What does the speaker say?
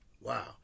Wow